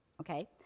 okay